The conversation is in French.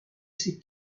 ces